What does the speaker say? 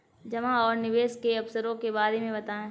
जमा और निवेश के अवसरों के बारे में बताएँ?